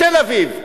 תל-אביב.